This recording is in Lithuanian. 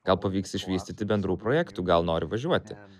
gal pavyks išvystyti bendrų projektų gal nori važiuoti